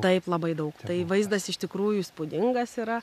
taip labai daug tai vaizdas iš tikrųjų įspūdingas yra